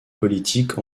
politique